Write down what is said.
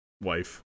wife